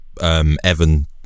Evan